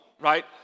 right